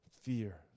fear